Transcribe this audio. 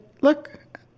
look